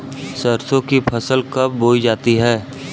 सरसों की फसल कब बोई जाती है?